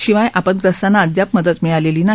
शिवाय आपदग्रस्तांना अद्याप मदत मिळालेली नाही